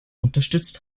unterstützt